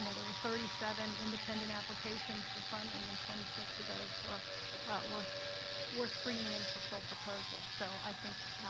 and there were thirty seven independent applications for funding and twenty six of those were worth worth bringing in for full proposal. so i think,